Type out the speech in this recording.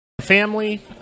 family